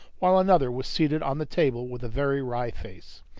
while another was seated on the table with a very wry face,